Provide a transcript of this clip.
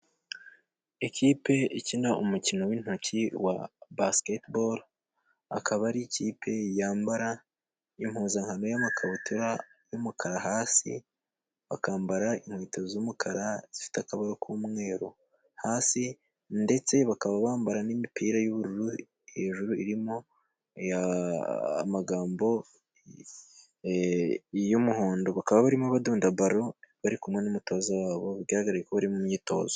Ikipe ikina umukino w'intoki wa basiketiboro, akaba ari ikipe yambara impuzankano y'amakabutura y'umukara hasi, bakambara inkweto z'umukara zifite akabara k'umweru hasi. Ndetse bakaba bambara n'imipira y'ubururu hejuru, irimo amagambo y'umuhondo. Bakaba bari more abadunda baro, bari kumwe n'umutoza wabo bigaraga ko bari mu myitozo.